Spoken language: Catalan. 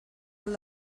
els